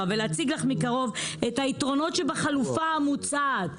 ולהציג לך מקרוב את היתרונות שבחלופה המוצעת.